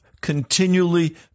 continually